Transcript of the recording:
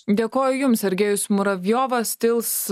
dėkoju jums sergejus muravjovas tils